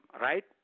Right